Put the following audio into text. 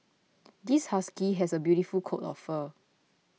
this husky has a beautiful coat of fur